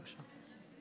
בבקשה.